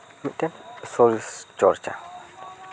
ᱢᱤᱫᱴᱮᱱ ᱥᱚᱨᱤᱨ ᱪᱚᱨᱪᱟ